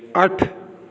ਅੱਠ